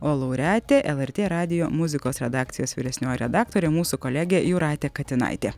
o laureatė lrt radijo muzikos redakcijos vyresnioji redaktorė mūsų kolegė jūratė katinaitė